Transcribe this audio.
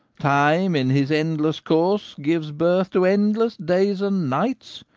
time in his endless course gives birth to endless days and nights,